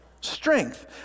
Strength